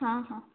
ହଁ ହଁ